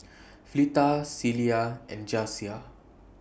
Fleta Celia and Jasiah